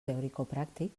teoricopràctic